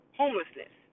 homelessness